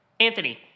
Anthony